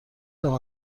دارم